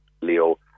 leo